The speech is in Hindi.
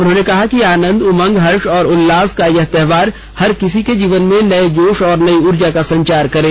उन्होंने कहा है कि आनंद उमंग हर्ष और उल्लास का यह त्योहार हर किसी के जीवन में नये जोश और नई उर्जा का संचार करे